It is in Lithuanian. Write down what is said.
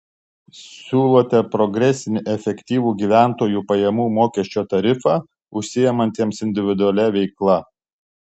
siūlote progresinį efektyvų gyventojų pajamų mokesčio tarifą užsiimantiems individualia veikla